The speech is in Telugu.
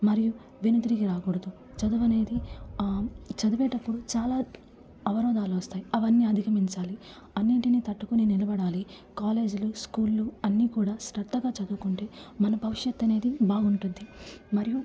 మరియు వెనుతిరిగి రాకూడదు చదువు అనేది చదివేటప్పుడు చాలా అవరోధాలు వస్తాయి అవన్నీ అధిగమించాలి అన్నింటిని తట్టుకుని నిలబడాలి కాలేజీలు స్కూళ్ళు అన్నీ కూడా శ్రద్ధగా చదువుకుంటే మన భవిష్యత్తు అనేది బాగుంటుంది మరియు